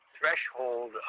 threshold